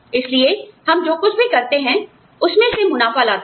इसलिए हम जो कुछ भी करते हैं उसमें से मुनाफ़ा लाते हैं